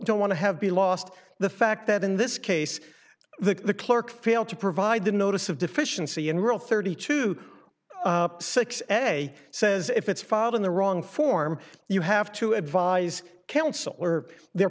don't want to have be lost the fact that in this case the clerk failed to provide the notice of deficiency in rule thirty two six and a says if it's followed in the wrong form you have to advise counsel or their